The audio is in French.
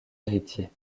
héritier